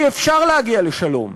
כי אפשר להגיע לשלום,